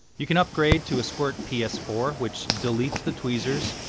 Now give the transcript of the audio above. you can upgrade to a squirt p s four which deletes the tweezers,